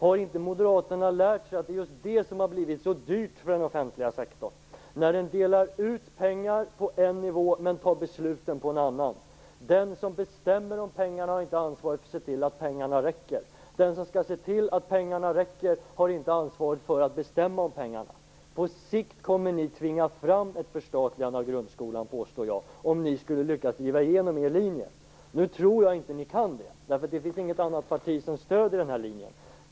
Har Moderaterna inte lärt sig att det är just detta som har blivit så dyrt för den offentliga sektorn, dvs. att den delar ut pengar på en nivå men fattar besluten på en annan? Den som bestämmer över pengarna har inte ansvaret för att se till att pengarna räcker. Den som skall se till att pengarna räcker har inte ansvaret för att bestämma över pengarna. Jag påstår att ni på sikt kommer att tvinga fram ett förstatligande av grundskolan om ni skulle lyckas driva igenom er linje. Nu tror jag inte att ni kan det, därför att det inte finns något annat parti som stöder denna linje.